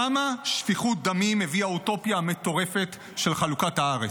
כמה שפיכות דמים הביאה האוטופיה המטורפת של חלוקת הארץ?